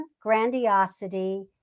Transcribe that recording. grandiosity